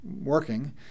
working